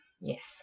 Yes